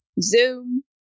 Zoom